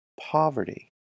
Poverty